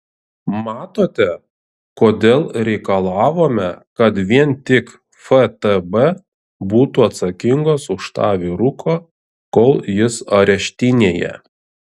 matote kodėl reikalavome kad vien tik ftb būtų atsakingas už tą vyruką kol jis areštinėje